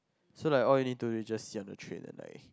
so like all you need to do is sit on the train and lie